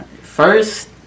First